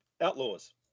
outlaws